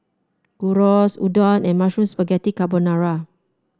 Gyros Udon and Mushroom Spaghetti Carbonara